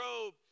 robe